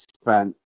spent